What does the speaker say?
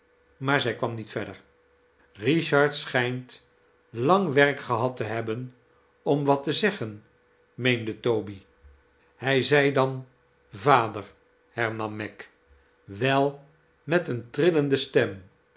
maar zij kwam niet verder richard schijnt lang werk gehad te hebben om wat te zeggen meende toby hij zei dan vader hernam meg wel met een trillende stem